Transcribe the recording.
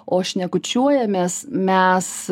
o šnekučiuojamės mes